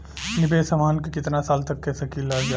निवेश हमहन के कितना साल तक के सकीलाजा?